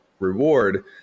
reward